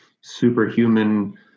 superhuman